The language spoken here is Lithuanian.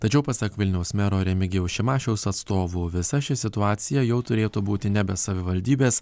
tačiau pasak vilniaus mero remigijaus šimašiaus atstovų visa ši situacija jau turėtų būti nebe savivaldybės